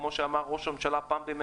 כמו שאמר ראש הממשלה.